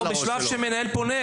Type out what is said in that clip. אבל אנחנו כבר בשלב שבו המנהל פונה,